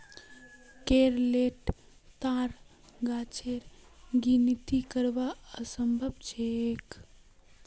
केरलोत ताड़ गाछेर गिनिती करना असम्भव छोक